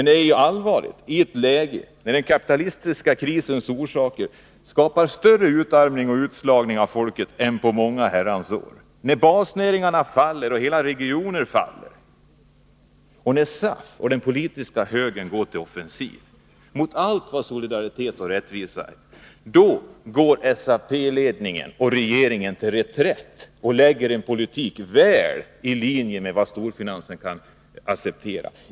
Det här är allvarligt i en tid när den kapitalistiska krisens orsaker skapar större utarmning och utslagning av folket än på många herrans år, när basnäringar och hela regioner faller. När SAF och hela den politiska högern går till offensiv mot allt vad solidaritet och rättvisa heter, så slår SAP-ledningen till reträtt och lägger fram en politik som ligger väl i linje med vad storfinansen kan acceptera.